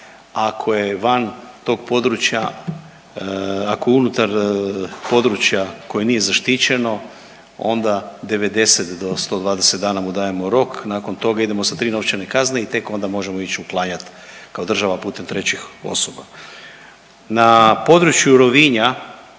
Ako je van tog područja, ako je unutar područja koje nije zaštićeno onda 90 do 120 dana mu dajemo rok. Nakon toga idemo sa tri novčane kazne i tek onda možemo ići uklanjati kao država putem trećih osoba. Na području Rovinja,